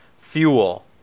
fuel